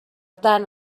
tant